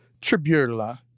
tribula